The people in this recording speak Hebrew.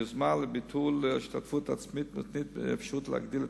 יוזמה לביטול ההשתתפות העצמית מותנית באפשרות להגדיל את